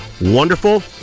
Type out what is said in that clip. wonderful